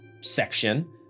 section